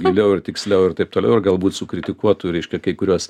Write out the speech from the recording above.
daugiau ir tiksliau ir taip toliau ir galbūt sukritikuotų reiškia kai kurias